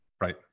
right